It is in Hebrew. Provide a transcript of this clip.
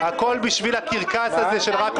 לא